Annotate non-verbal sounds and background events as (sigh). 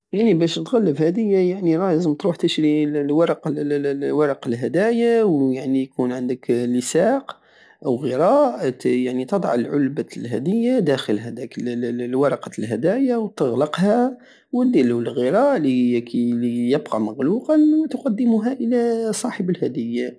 يعني بش تخلف هدية يعني را- لازم تروح تشري الورق (hesitation) الهداية ويعني يكون عندك لساق وغراء حتى يعني تضع العلبة الهدية داخل هداك ال- الورقة الهداية وتغلقها وديرلو الغراء الي (hesitation) ليبقى مغلوقا وتقدمها الى صاحب الهدية